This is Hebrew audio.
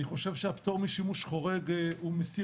אני חושב שהפטור משימוש חורג הוא מסיר